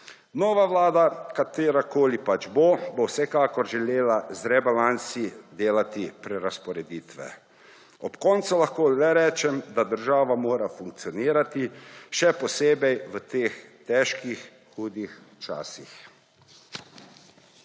Nova vlada, katerakoli pač bo, bo vsekakor želela z rebalansi delati prerazporeditve. Ob koncu lahko rečem le, da država mora funkcionirati, še posebej v teh težkih, hudih časih.